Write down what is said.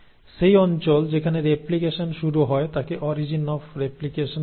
সেই অঞ্চল যেখানে রেপ্লিকেশন শুরু হয় তাকে অরিজিন অফ রেপ্লিকেশন বলে